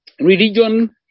Religion